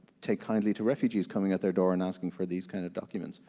take kindly to refugees coming at their door and asking for these kind of documents,